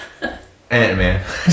Ant-Man